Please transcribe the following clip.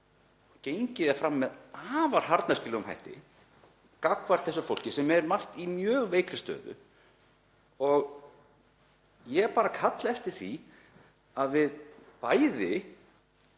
sem gengið er fram með afar harðneskjulegum hætti gagnvart þessu fólki sem er margt í mjög veikri stöðu. Ég kalla eftir því að við bæði